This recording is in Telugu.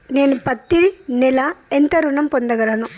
నేను పత్తి నెల ఎంత ఋణం పొందగలను?